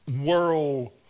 world